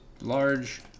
large